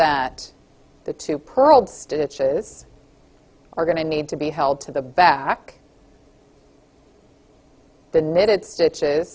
that the two pearled stitches are going to need to be held to the back the knitted stitches